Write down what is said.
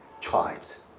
tribes